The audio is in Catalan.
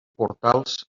portals